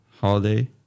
holiday